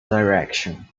direction